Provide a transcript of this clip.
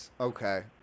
Okay